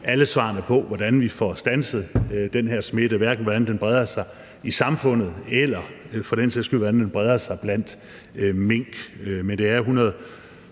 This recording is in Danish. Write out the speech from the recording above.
alle svarene på, hvordan vi får standset den her smitte, hverken i forhold til hvordan den breder sig i samfundet, eller for den sags skyld hvordan den breder sig blandt mink. Men det er